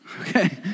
Okay